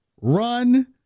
run